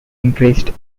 increased